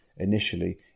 Initially